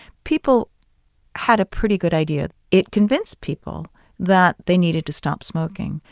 people had a pretty good idea. it convinced people that they needed to stop smoking.